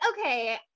okay